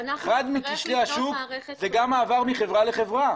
אחד מכשלי השוק זה גם מעבר מחברה לחברה.